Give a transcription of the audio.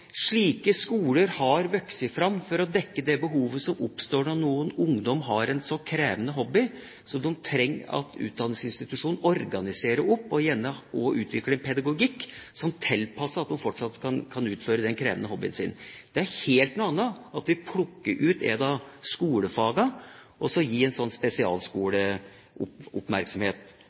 Slike skoler har vokst fram for å dekke det behovet som oppstår når noen ungdommer har en så krevende hobby at de trenger en utdanningsinstitusjon som organiserer og gjerne også utvikler en pedagogikk som tilpasses dem for at de fortsatt skal kunne utføre den krevende hobbyen sin. Det er noe helt annet at vi plukker ut ett av skolefagene og gir en